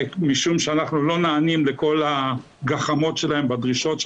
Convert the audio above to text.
משום שאנחנו לא נענים לכל הגחמות והדרישות שלהם.